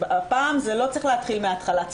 הפעם לא צריך להתחיל מן ההתחלה,